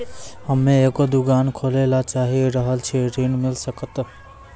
हम्मे एगो दुकान खोले ला चाही रहल छी ऋण मिल सकत?